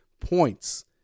points